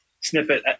snippet